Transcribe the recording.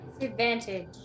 advantage